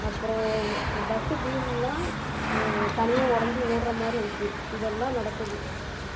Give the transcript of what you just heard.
அப்புறம் பஸ்ஸு வீலெல்லா தனியாக ஒடைஞ்சி ஓடுகிற மாதிரி இருக்கு இதெல்லாம் நடக்குது